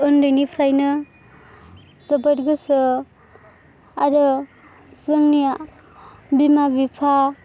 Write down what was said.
उन्दैनिफ्रायनो जोबोद गोसो आरो जोंनि बिमा बिफा